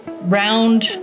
round